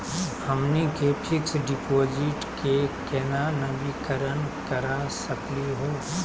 हमनी के fix deposit क केना नवीनीकरण करा सकली हो?